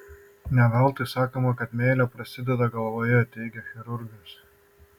ne veltui sakoma kad meilė prasideda galvoje teigia chirurgas